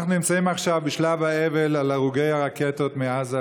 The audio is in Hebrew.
אנחנו נמצאים עכשיו בשלב האבל על הרוגי הרקטות מעזה,